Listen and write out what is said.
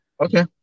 Okay